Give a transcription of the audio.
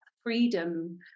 freedom